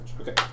okay